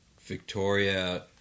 Victoria